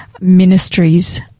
Ministries